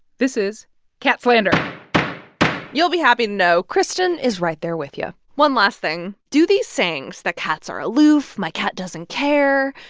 this is cat slander you'll be happy to know kristyn is right there with you one last thing do these sayings that cats are aloof, my cat doesn't care,